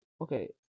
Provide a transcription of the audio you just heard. Okay